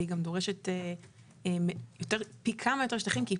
והיא גם דורשת פי כמה יותר שטחים כי היא